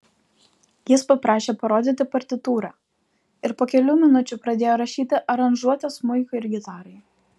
jis paprašė parodyti partitūrą ir po kelių minučių pradėjo rašyti aranžuotes smuikui ir gitarai